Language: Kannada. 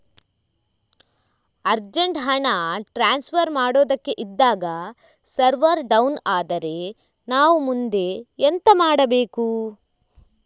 ಅರ್ಜೆಂಟ್ ಹಣ ಟ್ರಾನ್ಸ್ಫರ್ ಮಾಡೋದಕ್ಕೆ ಇದ್ದಾಗ ಸರ್ವರ್ ಡೌನ್ ಆದರೆ ನಾವು ಮುಂದೆ ಎಂತ ಮಾಡಬೇಕು?